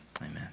amen